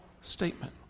statement